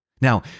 Now